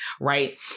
right